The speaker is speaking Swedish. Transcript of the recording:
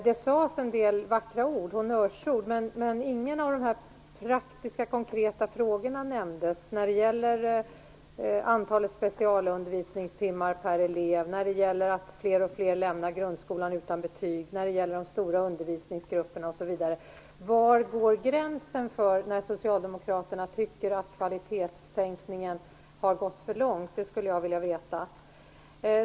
Det sades en del vackra ord, honnörsord, men ingen av de praktiska, konkreta frågorna nämndes, t.ex. när det gäller antalet specialundervisningstimmar per elev, att fler och fler lämnar grundskolan utan betyg, att undervisningsgrupperna är stora osv. Var går gränsen för när socialdemokraterna tycker att kvalitetssänkningen har gått för långt? Det skulle jag vilja veta.